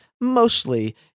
mostly